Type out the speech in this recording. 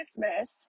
Christmas